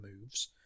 moves